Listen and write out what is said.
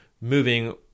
moving